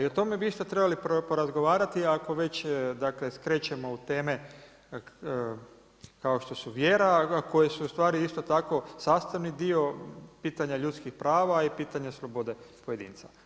I o tome bi isto trebali porazgovarati ako već, dakle skrećemo u teme kao što su vjera, koje su u stvari isto tako sastavni dio pitanja ljudskih prava i pitanje slobode pojedinca.